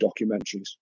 documentaries